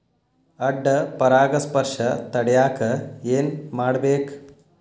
ಅಡ್ಡ ಪರಾಗಸ್ಪರ್ಶ ತಡ್ಯಾಕ ಏನ್ ಮಾಡ್ಬೇಕ್?